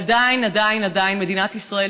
עדיין עדיין עדיין מדינת ישראל,